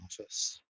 office